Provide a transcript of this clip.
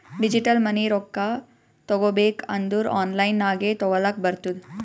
digital money ರೊಕ್ಕಾ ತಗೋಬೇಕ್ ಅಂದುರ್ ಆನ್ಲೈನ್ ನಾಗೆ ತಗೋಲಕ್ ಬರ್ತುದ್